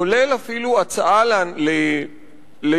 כולל אפילו הצעה לתומכיו